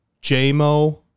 J-Mo